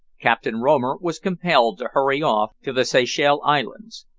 captain romer was compelled to hurry off to the seychelles islands.